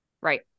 Right